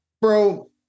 bro